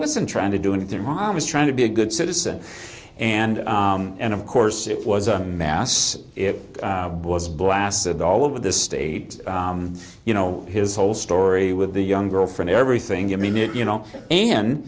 wasn't trying to do anything wrong i was trying to be a good citizen and and of course it was a mess it was blasted all over the state you know his whole story with the young girl from everything i mean it you know and